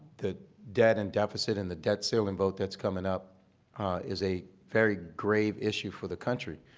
the debt and deficit and the debt ceiling vote that's coming up is a very grave issue for the country.